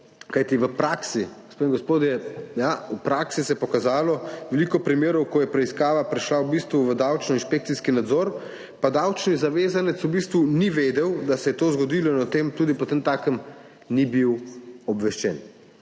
kajti v praksi, gospe in gospodje, ja, v praksi se je pokazalo veliko primerov, ko je preiskava prišla v bistvu v davčni inšpekcijski nadzor, pa davčni zavezanec v bistvu ni vedel, da se je to zgodilo in o tem tudi potem takem ni bil obveščen.